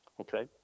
Okay